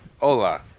Hola